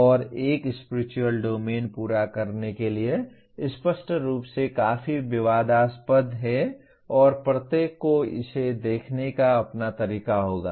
और एक spiritual domain पूरा करने के लिए स्पष्ट रूप से काफी विवादास्पद है और प्रत्येक को इसे देखने का अपना तरीका होगा